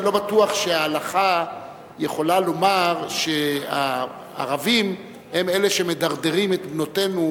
אני לא בטוח שההלכה יכולה לומר שהערבים הם אלה שמדרדרים את בנותינו,